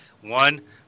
One